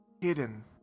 hidden